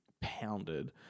pounded